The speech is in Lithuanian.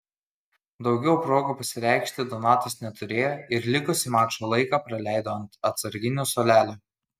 daugiau progų pasireikšti donatas neturėjo ir likusį mačo laiką praleido ant atsarginių suolelio